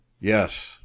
Yes